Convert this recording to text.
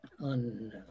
on